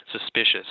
suspicious